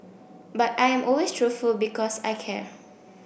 but I am always truthful because I care